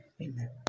Amen